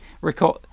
record